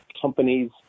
companies